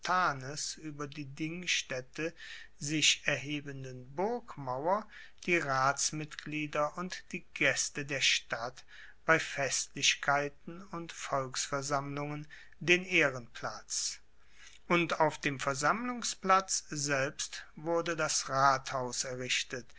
ueber die dingstaette sich erhebenden burgmauer die ratsmitglieder und die gaeste der stadt bei festlichkeiten und volksversammlungen den ehrenplatz und auf dem versammlungsplatz selbst wurde das rathaus errichtet